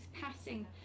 passing